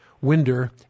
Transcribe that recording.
Winder